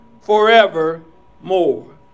forevermore